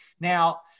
Now